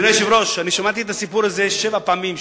אדוני היושב-ראש, שמעתי את הסיפור הזה שבע פעמים,